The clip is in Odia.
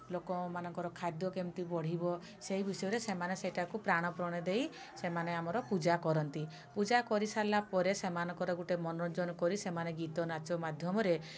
ଲୋକମାନଙ୍କର ଖାଦ୍ୟ କେମିତି ବଢ଼ିବ ସେଇ ବିଷୟରେ ସେମାନେ ସେଇଟାକୁ ପ୍ରାଣପଣେ ଦେଇ ସେମାନେ ଆମର ପୂଜା କରନ୍ତି ପୂଜା କରିସାରିଲା ପରେ ସେମାନଙ୍କର ଗୋଟେ ମନୋରଞ୍ଜନ କରି ସେମାନେ ଗୀତନାଚ ମାଧ୍ୟମରେ